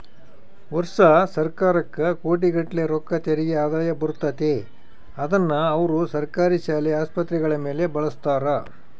ವರ್ಷಾ ಸರ್ಕಾರಕ್ಕ ಕೋಟಿಗಟ್ಟಲೆ ರೊಕ್ಕ ತೆರಿಗೆ ಆದಾಯ ಬರುತ್ತತೆ, ಅದ್ನ ಅವರು ಸರ್ಕಾರಿ ಶಾಲೆ, ಆಸ್ಪತ್ರೆಗಳ ಮೇಲೆ ಬಳಸ್ತಾರ